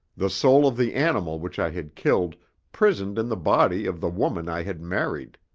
the soul of the animal which i had killed prisoned in the body of the woman i had married.